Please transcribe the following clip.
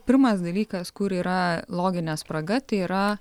pirmas dalykas kur yra loginė spraga tai yra